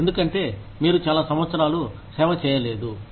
ఎందుకంటే మీరు చాలా సంవత్సరాలు సేవ చేయలేదు